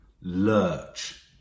lurch